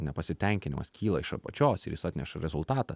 nepasitenkinimas kyla iš apačios ir jis atneša rezultatą